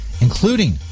including